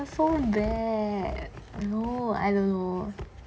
so bad !aiyo! I don't know